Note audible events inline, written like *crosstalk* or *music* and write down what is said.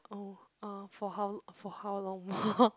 oh uh for how for how long more *laughs*